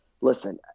listen